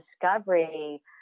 discovery